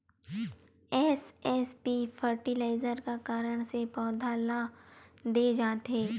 SSP fertiliser का कारण से पौधा ल दे जाथे?